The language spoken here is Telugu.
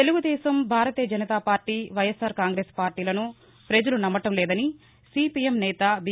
తెలుగుదేశం భారతీయ జనతాపార్లీ వైఎస్సార్ కాంగ్రెస్ పార్టీలను ప్రజలు నమ్మడం లేదని సీపీఎం నేత బీ